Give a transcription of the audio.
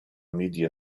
media